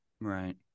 right